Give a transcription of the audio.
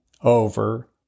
over